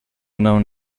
known